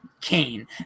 Kane